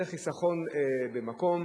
זה חיסכון במקום,